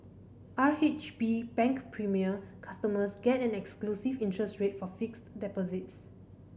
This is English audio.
R H B Bank Premier customers get an exclusive interest rate for fixed deposits